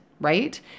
right